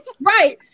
Right